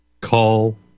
call